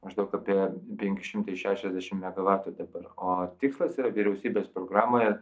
maždaug apie penki šimtai šešiasdešimt megavatų dabar o tikslas yra vyriausybės programoje